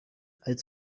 als